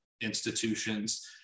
institutions